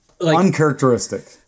uncharacteristic